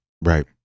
right